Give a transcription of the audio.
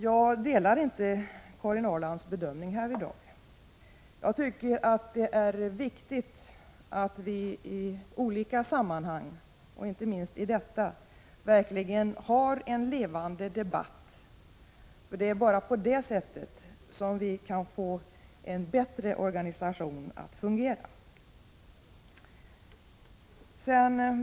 Jag delar inte Karin Ahrlands bedömning härvidlag. Jag tycker det är viktigt att vi i olika sammanhang, inte minst i detta, verkligen har en levande debatt. Det är bara på det sättet som vi kan få en bättre organisation att fungera.